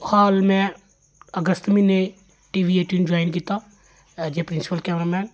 हाल में अगस्त म्हीने टी वी ऐटीन ज्वाइन कीता एज ऐ प्रिंसीपल कैमरा मैन